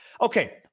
Okay